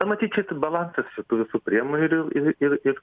na matyt čia balansas šitų visų priemonių ir ir ir